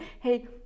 Hey